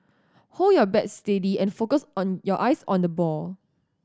hold your bat steady and focus on your eyes on the ball